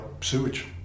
sewage